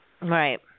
Right